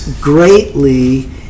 greatly